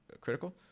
critical